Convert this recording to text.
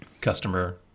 customer